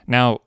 Now